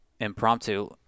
impromptu